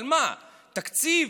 על מה, תקציב?